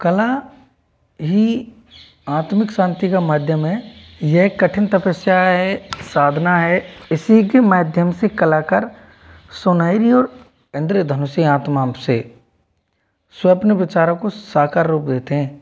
कला ही आत्मिक शांति का माध्यम है यह कठिन तपस्या है साधना है इसी के माध्यम से कलाकार सुनहरी और इन्द्रधनुषी आत्मा से स्वप्नविचारों को साकार रूप देते हैं